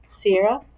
Sierra